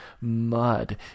mud